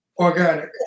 organic